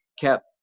kept